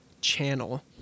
channel